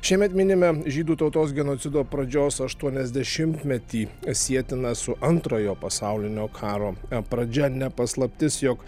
šiemet minime žydų tautos genocido pradžios aštuoniasdešimtmetį sietiną su antrojo pasaulinio karo pradžia ne paslaptis jog